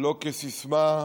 ולא כסיסמה.